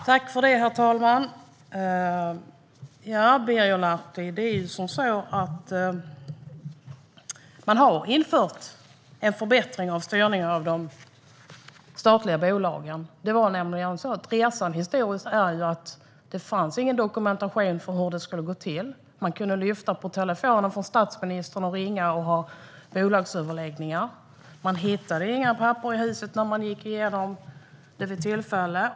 Herr talman! Det är som så, Birger Lahti, att man har infört en förbättring av styrningen av de statliga bolagen. Man kan titta på resan historiskt. Det fanns ingen dokumentation om hur det skulle gå till. Statsministern kunde lyfta på telefonluren och ringa för att ha bolagsöverläggningar. Man hittade inga papper i huset när man gick igenom det vid tillfälle.